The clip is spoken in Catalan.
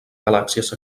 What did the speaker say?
galàxies